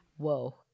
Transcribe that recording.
Whoa